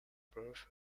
birth